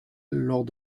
lors